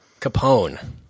Capone